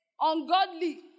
ungodly